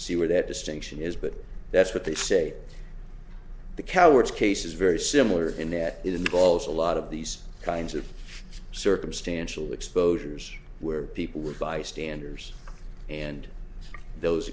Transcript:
see where that distinction is but that's what they say the coward's case is very similar in that it involves a lot of these kinds of circumstantial exposures where people were bystanders and those